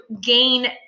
gain